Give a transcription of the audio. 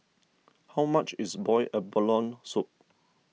how much is Boiled Abalone Soup